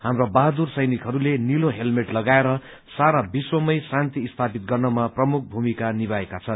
हाप्रा बहादुर सैनिकहरूले नीलो हेलमेट लगाएर सारा विश्वमै शान्ति स्थाना गर्नमा प्रमुख भूमिका निभाएका छन्